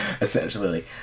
Essentially